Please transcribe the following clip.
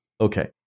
Okay